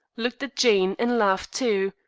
looked at jane and laughed, too.